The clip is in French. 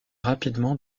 rapidement